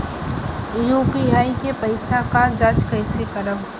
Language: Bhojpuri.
यू.पी.आई के पैसा क जांच कइसे करब?